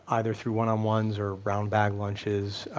either through one on ones or brown bag lunches.